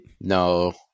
No